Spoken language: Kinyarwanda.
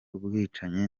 ubwicanyi